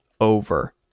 over